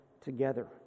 together